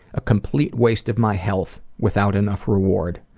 a complete waste of my health without enough reward.